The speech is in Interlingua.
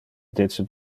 dece